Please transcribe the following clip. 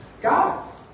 Guys